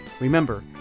Remember